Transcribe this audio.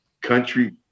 country